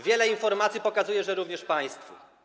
Wiele informacji pokazuje, że również państwu.